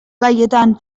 gaietan